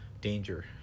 danger